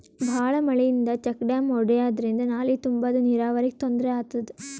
ಭಾಳ್ ಮಳಿಯಿಂದ check dam ಒಡ್ಯಾದ್ರಿಂದ ನಾಲಿ ತುಂಬಾದು ನೀರಾವರಿಗ್ ತೊಂದ್ರೆ ಆತದ